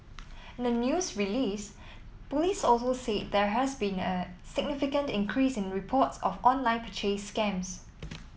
in the news release police also said there has been a significant increase in reports of online purchase scams